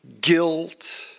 guilt